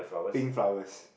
pink flowers